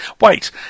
Wait